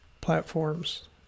platforms